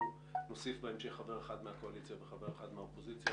אנחנו נוסיף בהמשך חבר אחד מהקואליציה וחבר אחד מהאופוזיציה.